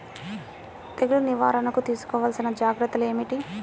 తెగులు నివారణకు తీసుకోవలసిన జాగ్రత్తలు ఏమిటీ?